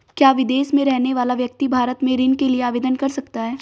क्या विदेश में रहने वाला व्यक्ति भारत में ऋण के लिए आवेदन कर सकता है?